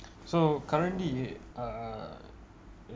so currently err